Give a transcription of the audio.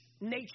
nature